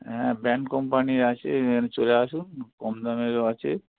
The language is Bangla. হ্যাঁ ব্র্যান্ড কম্পানির আছে চলে আসুন কম দামেরও আছে